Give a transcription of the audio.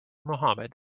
mohamed